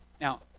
Now